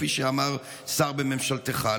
כפי שאמר שר בממשלתך,